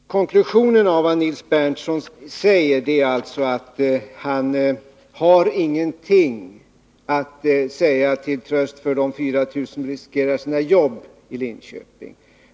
Herr talman! Konklusionen av vad Nils Berndtson säger är att han inte har någonting att säga till tröst för de 4 000 i Linköping som riskerar sina jobb.